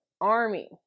Army